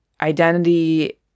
identity